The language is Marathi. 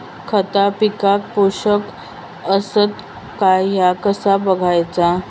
खता पिकाक पोषक आसत काय ह्या कसा बगायचा?